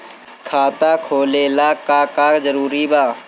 खाता खोले ला का का जरूरी बा?